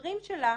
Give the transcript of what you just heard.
הדברים שלה,